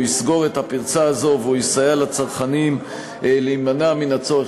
הוא יסגור את הפרצה הזו והוא יסייע לצרכנים להימנע מן הצורך